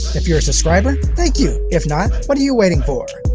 if you're a subscriber, thank you. if not, what are you waiting for?